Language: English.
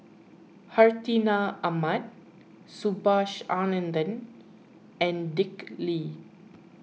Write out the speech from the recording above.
Hartinah Ahmad Subhas Anandan and Dick Lee